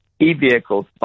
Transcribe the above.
e-vehicles